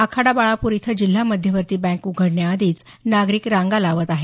आखाडा बाळापूर इथं जिल्हा मध्यवर्ती बँक उघडण्याआधीच नागरिक रांगा लावत आहेत